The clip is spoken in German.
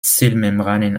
zellmembranen